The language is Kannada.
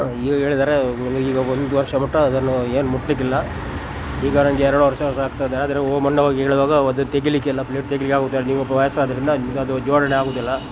ಹೇಳಿದ್ದಾರೆ ಈಗ ಒಂದು ವರ್ಷ ಮಟ್ಟ ಅದನ್ನು ಏನು ಮುಟ್ಲಿಕ್ಕಿಲ್ಲ ಈಗ ನನಗೆ ಎರಡು ವರ್ಷ ಆಗ್ತದೆ ಆದರೆ ಮೊನ್ನೆ ಹೋಗಿ ಹೇಳಿದಾಗ ಅದು ತೆಗಿಲಿಕ್ಕಿಲ್ಲ ಪ್ಲೇಟ್ ತೆಗಿಲಿಕ್ಕೆ ಆಗುದಿಲ್ಲ ನೀವು ವಯಸ್ಸಾದರಿಂದ ನಿಮಗೆ ಅದು ಜೋಡಣೆ ಆಗುದಿಲ್ಲ